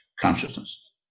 consciousness